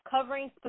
covering